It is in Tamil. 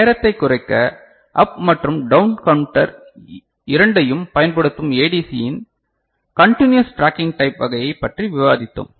நேரத்தைக் குறைக்க அப் மற்றும் டவுன் கவுண்டர் இரண்டையும் பயன்படுத்தும் ஏடிசியின் கண்டினுயுஸ் ட்ராக்கிங் டைப் வகையைப் பற்றி விவாதித்தோம்